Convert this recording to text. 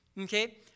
Okay